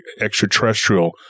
extraterrestrial